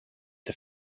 the